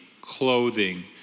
clothing